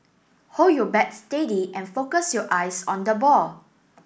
hold your bat steady and focus your eyes on the ball